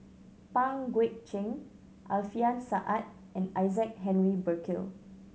Pang Guek Cheng Alfian Sa'at and Isaac Henry Burkill